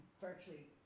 virtually